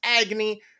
agony